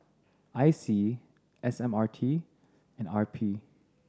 I C S M R T and R P